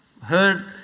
heard